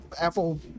Apple